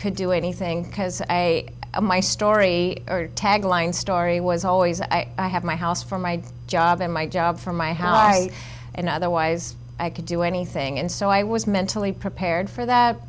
could do anything because a my story or tagline story was always i have my house for my job and my job from my house i and otherwise i could do anything and so i was mentally prepared for that